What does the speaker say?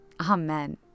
amen